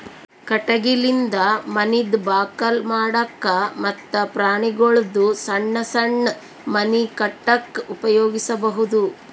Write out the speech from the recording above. ಕಟಗಿಲಿಂದ ಮನಿದ್ ಬಾಕಲ್ ಮಾಡಕ್ಕ ಮತ್ತ್ ಪ್ರಾಣಿಗೊಳ್ದು ಸಣ್ಣ್ ಸಣ್ಣ್ ಮನಿ ಕಟ್ಟಕ್ಕ್ ಉಪಯೋಗಿಸಬಹುದು